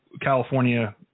California